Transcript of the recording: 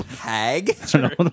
hag